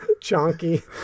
Chunky